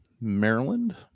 Maryland